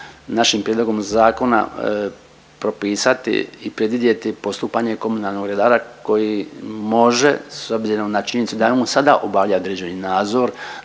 našim prijedlogom zakona propisati i predvidjeti postupanje komunalnog redara koji može s obzirom na činjenicu da je on sada obavlja određeni nadzor